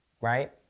right